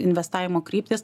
investavimo kryptis